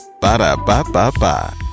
Ba-da-ba-ba-ba